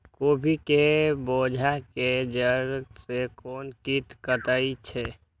गोभी के पोधा के जड़ से कोन कीट कटे छे?